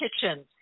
kitchen